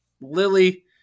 Lily